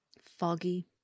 foggy